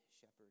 shepherd